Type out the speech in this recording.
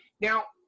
now,